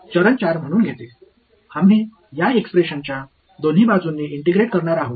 चरण 4 म्हणून घेते आम्ही या एक्सप्रेशनच्या दोन्ही बाजूंनी इंटिग्रेशन करणार आहोत